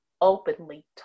openly